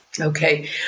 Okay